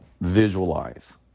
visualize